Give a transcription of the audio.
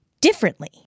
differently